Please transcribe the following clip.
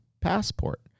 passport